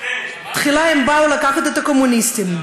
תחילה הם באו לקחת את הקומוניסטים,